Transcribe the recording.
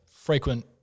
frequent